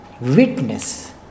witness